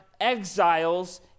exiles